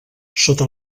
sota